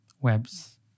webs